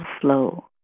flow